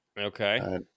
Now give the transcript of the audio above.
okay